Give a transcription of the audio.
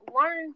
learn